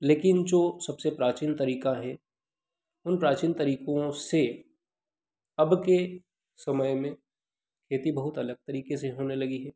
लेकिन जो सबसे प्राचीन तरीका है उन प्राचीन तरीकों से अबके समय में खेती बहुत अलग तरीके से होने लगी है